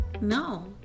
No